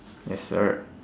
yes sir